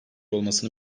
olmasını